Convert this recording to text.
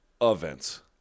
events